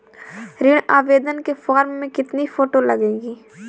ऋण आवेदन के फॉर्म में कितनी फोटो लगेंगी?